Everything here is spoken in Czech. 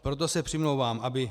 Proto se přimlouvám, aby